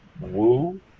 Woo